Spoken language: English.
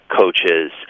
coaches